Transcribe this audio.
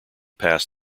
past